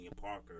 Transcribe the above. Parker